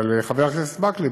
אבל חבר הכנסת מקלב,